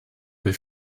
will